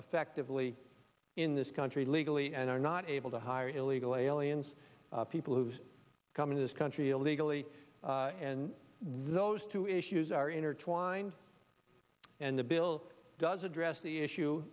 effectively in this country legally and are not able to hire illegal aliens people who've come into this country illegally and those two issues are intertwined and the bill does address the issue